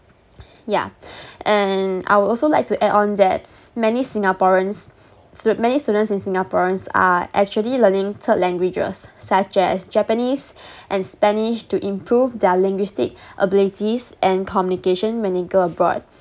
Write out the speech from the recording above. yeah and I would also like to add on that many singaporeans stud~ many students in singaporeans are actually learning third languages such as japanese and spanish to improve their linguistic abilities and communication when they go abroad